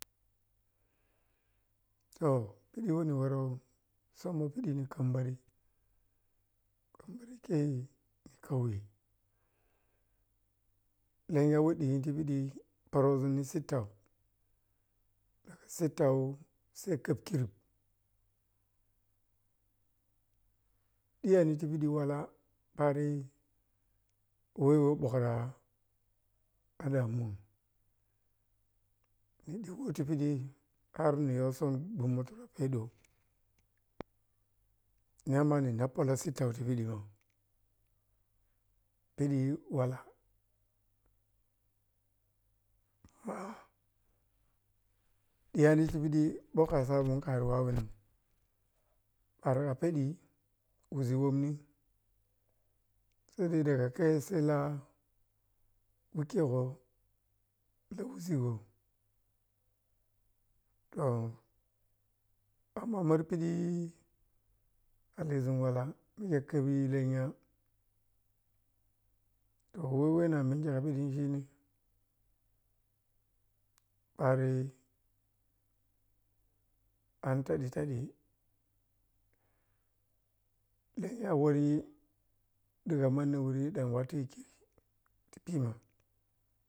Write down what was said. To piɗi weh ni woroh summo piɗi ni kambari kambari khei ni kauye, lenya weh ɗiyi ti piɗi pərəʒum ni settau daga sittau sai khap khirip ɗiyani ti piɗi walah paro yi weh yoh ɓokra a damun ni ɗigho ti piɗi har na yohsan gnummo tura peɗeu nema nopura sittau ti piɗi piɗi walah amma ɗiyani ti piɗi ɓokko soʒum khavi wawinan paroh kha peɗi wiʒi wonni sai dai daga kha sai lah wikhe goh luvwisigoh toh amma mar piɗi kha leʒum walah yakkabi lenya toh weh weh na menghi piɗi shine paroi an taɗi taɗi lenya wari ɗigha manni wuri dan wattu khiri ti bima.